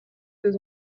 des